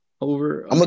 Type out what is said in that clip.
Over